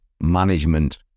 management